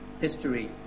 history